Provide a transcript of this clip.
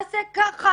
נעשה ככה,